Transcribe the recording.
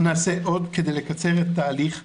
נעשה עוד כדי לקצר את תהליך ההכרה.